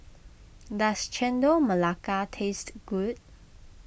does Chendol Melaka taste good